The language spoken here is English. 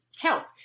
Health